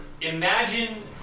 imagine